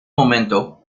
momento